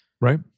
Right